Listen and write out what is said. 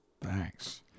Thanks